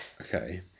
Okay